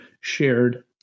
shared